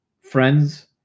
Friends